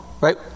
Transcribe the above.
right